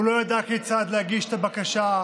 הוא לא ידע כיצד להגיש את הבקשה,